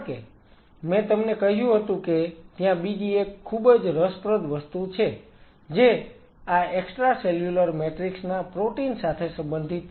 કારણ કે મેં તમને કહ્યું હતું કે ત્યાં બીજી એક ખૂબ જ રસપ્રદ વસ્તુ છે જે આ એક્સ્ટ્રાસેલ્યુલર મેટ્રિક્સ ના પ્રોટીન સાથે સંબંધિત છે